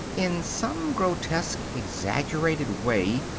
in some grotesque, exaggerated way,